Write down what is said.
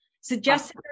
Suggested